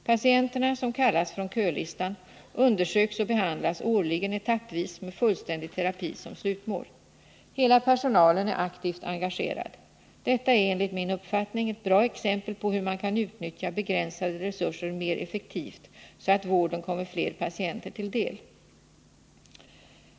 Patienterna, som kallas från kölistan, undersöks och behandlas årligen etappvis med fullständig terapi som slutmål. Hela personalen är aktivt engagerad. Detta är enligt min uppfattning ett bra exempel på hur man kan utnyttja begränsade resurser mer effektivt så att vården kommer fler patienter till del.